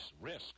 risk